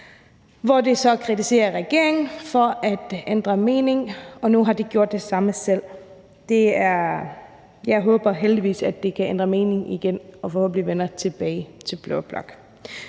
Herefter kritiserer man så regeringen for at ændre mening, og nu har man gjort det samme selv. Jeg håber, at man kan ændre mening igen og forhåbentlig vende tilbage til blå blok.